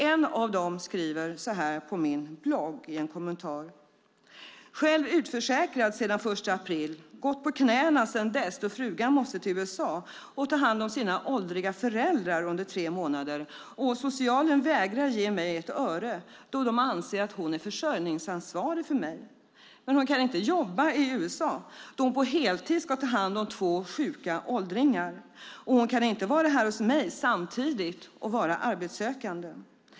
En av dem skriver så här på min blogg i en kommentar: "Själv utförsäkrad sedan 1 april, gått på knäna sedan dess då frugan måste till USA och ta hand om sina åldriga föräldrar under tre månader, och socialen vägrar ge mig ett öre då de anser att hon är försörjningsansvarig för mig. Men hon kan inte jobba i USA då hon på heltid ska ta hand om två sjuka åldringar! Och hon kan inte vara här hos mig samtidigt och vara arbetssökande.